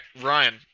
Ryan